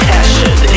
Passion